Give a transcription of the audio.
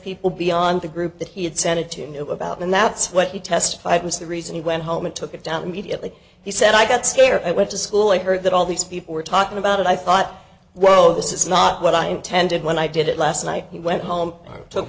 people beyond the group that he had sent it to knew about and that's what he testified was the reason he went home and took it down immediately he said i got scared i went to school i heard that all these people were talking about it i thought well this is not what i intended when i did it last night he went home